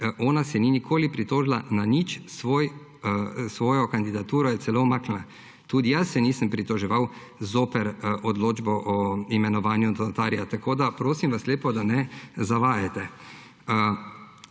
Ona se ni nikoli pritožila na nič, svojo kandidaturo je celo umaknila. Tudi jaz se nisem pritoževal zoper odločbo o imenovanju notarja. Tako vas lepo prosim, da ne zavajate.